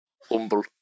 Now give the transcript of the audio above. Humble